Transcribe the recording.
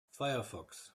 firefox